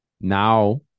now